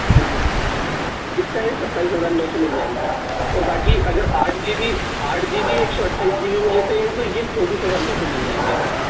हाँ जी इसका है सत्ताईस हजार नौ सौ निन्यानवे और बाकी अगर आठ जी बी आठ जी बी एक सौ अट्ठाईस जी बी में लेते हैं तो ये चौबीस हज़ार नौ सौ निन्यानवे का है